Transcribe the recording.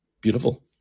beautiful